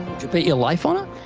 you bet your life on it?